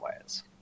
ways